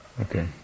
Okay